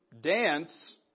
Dance